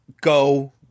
go